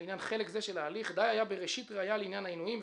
לעניין חלק זה של ההליך די היה בראשית ראיה לעניין העינויים,